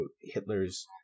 Hitler's